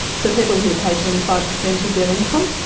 so people here pay twenty five percent of their income.